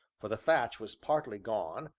for the thatch was partly gone,